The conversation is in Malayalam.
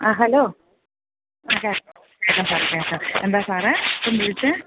ആ ഹലോ ആ സാർ കേൾക്കാം സാറെ കേൾക്കാം എന്താ സാറെ എന്താ വിളിച്ചത്